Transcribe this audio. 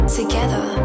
together